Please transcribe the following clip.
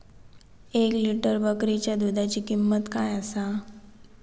एक लिटर बकरीच्या दुधाची किंमत काय आसा?